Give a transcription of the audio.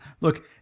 look